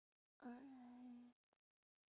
alright